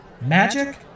Magic